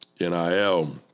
NIL